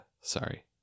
Sorry